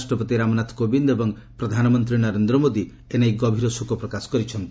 ରାଷ୍ଟ୍ରପତି ରାମନାଥ କୋବିନ୍ଦ୍ ଏବଂ ପ୍ରଧାନମନ୍ତ୍ରୀ ନରେନ୍ଦ୍ର ମୋଦି ଏନେଇ ଗଭୀର ଶୋକ ପ୍ରକାଶ କରିଚ୍ଛନ୍ତି